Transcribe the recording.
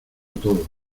todo